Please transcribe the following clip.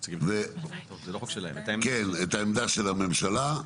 את העמדה של הממשלה.